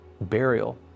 burial